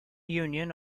union